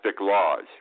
laws